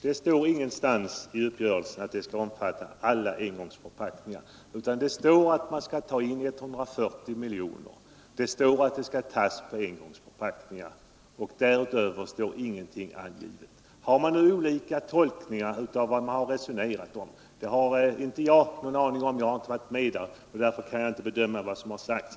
Det står ingenstans i uppgörelsen att den skulle omfatta alla engångsförpackningar utan bara att man skall ha en inkomstförstärkning på 140 miljoner kronor, vilken skall tas ut genom en särskild avgift på engångsförpackningar. Därutöver står ingenting angivet. Det förekommer olika tolkningar av de resonemang som förts. Jag känner inte till dessa, eftersom jag inte deltagit i dem, och kan därför inte bedöma vad som där sagts.